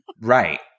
Right